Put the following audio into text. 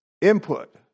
input